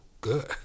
good